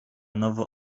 nowo